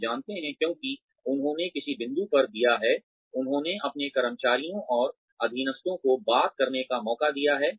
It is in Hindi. वे जानते हैं क्योंकि उन्होंने किसी बिंदु पर दिया है उन्होंने अपने कर्मचारियों और अधीनस्थों को बात करने का मौका दिया है